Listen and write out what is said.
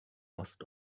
ost